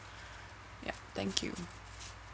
yeah thank you